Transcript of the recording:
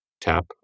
Tap